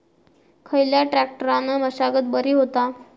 खयल्या ट्रॅक्टरान मशागत बरी होता?